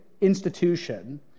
institution